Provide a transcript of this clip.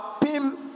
Pim